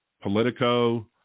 Politico